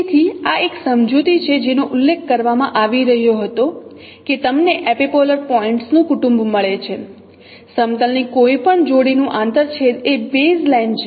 તેથી આ એક સમજૂતી છે જેનો ઉલ્લેખ કરવામાં આવી રહ્યો હતો કે તમને એપિપોલર પોઈન્ટ્સ નું કુટુંબ મળે છે સમતલ ની કોઈપણ જોડીનું આંતરછેદ એ બેઝલાઇન છે